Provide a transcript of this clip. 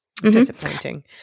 Disappointing